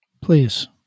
Please